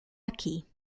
aqui